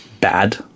bad